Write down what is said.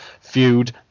feud